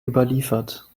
überliefert